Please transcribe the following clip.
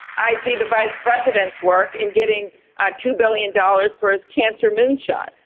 i see the vice president's work in getting ah two billion dollars for his cancer moonshot.